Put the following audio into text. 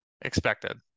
expected